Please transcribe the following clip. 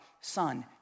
Son